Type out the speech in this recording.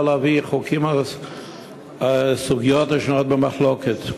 לא להביא חוקים בסוגיות השנויות במחלוקת,